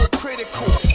critical